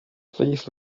please